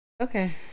Okay